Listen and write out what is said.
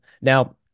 Now